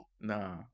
No